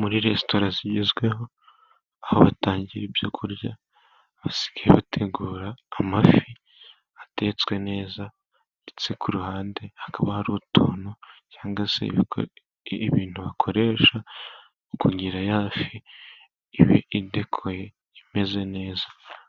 Muri resitora zigezweho aho batangira ibyokurya, basigaye bategura amafi atetswe neza ndetse ku ruhande hakaba hari utuntu cyangwa se ibintu bakoresha kugira yafi ibe idekoye, imeze neza